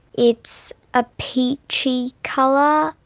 it's a peachy colour,